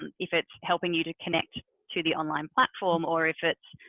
and if it's helping you to connect to the online platform, or if it's,